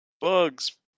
bugs